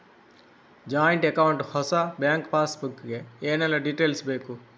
Joint account ಹೊಸ bank passbook ಗೆ ಏನೆಲ್ಲ ಡೀಟೇಲ್ಸ್ ಬೇಕು?